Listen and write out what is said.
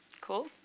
cool